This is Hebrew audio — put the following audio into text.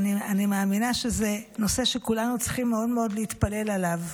אני מאמינה שזה נושא שכולנו צריכים מאוד מאוד להתפלל עליו.